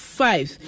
five